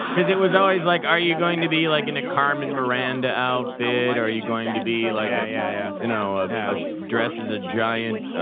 because it was always, like, are you going to be like in a carmen miranda outfit, are you going to be like yeah yeah you know ah dressed as a giant